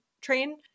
train